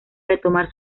retomar